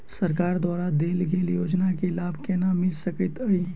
सरकार द्वारा देल गेल योजना केँ लाभ केना मिल सकेंत अई?